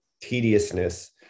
tediousness